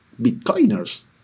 Bitcoiners